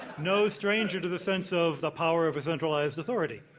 no stranger to the sense of the power of a centralized authority.